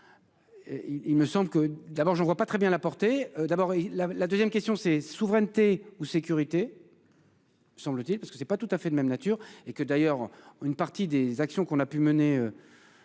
Il me semble que d'abord je ne vois pas très bien la portée d'abord la la 2ème question ces souveraineté ou sécurité. Semble-t-il, parce que c'est pas tout à fait de même nature et que d'ailleurs une partie des actions qu'on a pu mener.